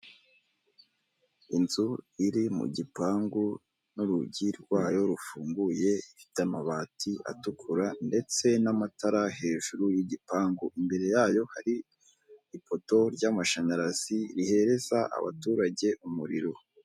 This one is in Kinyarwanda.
Inzu iri mu gipangu n'urugi rwayo rufunguye, ifite amabati atukura ndetse n'amatara hejuru y'igipangu. Imbere yayo hari ipoto ry'amashanyarazi rihereza abaturage umuriro.